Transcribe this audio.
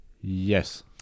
Yes